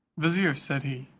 vizier, said he,